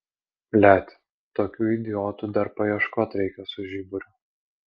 blet tokių idiotų dar paieškot reikia su žiburiu